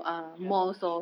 ya